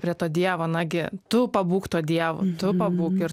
prie to dievo nagi tu pabūk tuo dievu tu pabūk ir